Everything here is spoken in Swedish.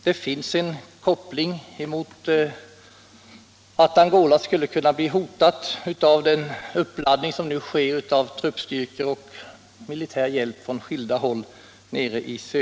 Den kopplingen visar att Angola skulle kunna hotas av den uppladdning som sker i södra Zaire med truppstyrkor och militär hjälp från skilda håll.